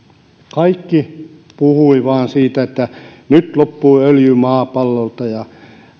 kaikki puhuivat vain siitä että nyt loppuu öljy maapallolta ja